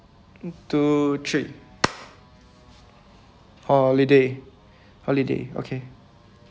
two three holiday holiday okay